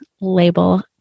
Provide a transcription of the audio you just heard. label